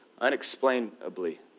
Unexplainably